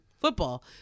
football